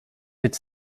its